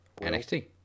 NXT